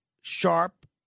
Sharp